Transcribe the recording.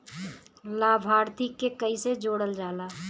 लभार्थी के कइसे जोड़ल जाला?